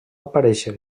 aparéixer